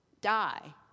die